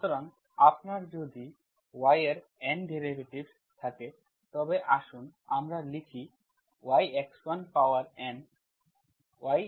সুতরাং আপনার যদি y এর N ডেরিভেটিভস থাকে তবে আসুন আমরা লিখি Fy1yx1yx2yx1x2yx1nyx 2n y x1 power N